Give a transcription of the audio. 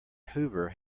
hoover